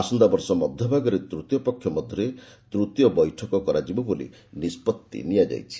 ଆସନ୍ତାବର୍ଷ ମଧ୍ୟଭାଗରେ ତିନି ପକ୍ଷ ମଧ୍ୟରେ ତୃତୀୟ ବୈଠକ କରାଯିବ ବୋଲି ନିଷ୍ପତ୍ତି ନିଆଯାଇଛି